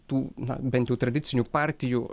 tų na bent jau tradicinių partijų